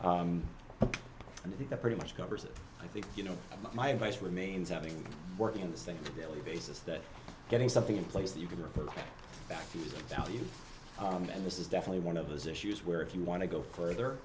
that pretty much covers it i think you know my advice remains having working in the same daily basis that getting something in place that you can report back to you and this is definitely one of those issues where if you want to go further